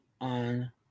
on